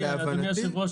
אדוני היו"ר,